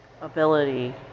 ability